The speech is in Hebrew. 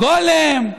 גולם,